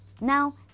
Now